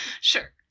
Sure